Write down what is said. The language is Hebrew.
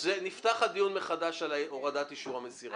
אז נפתח הדיון מחדש על הורדת אישור המסירה.